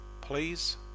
Please